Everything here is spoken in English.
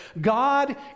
God